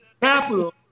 capital